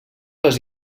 les